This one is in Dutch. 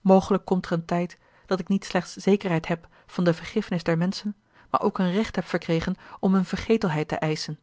mogelijk komt er een tijd dat ik niet slechts zekerheid heb van de vergiffenis der menschen maar ook een recht heb verkregen om hunne vergetelheid te eischen